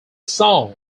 song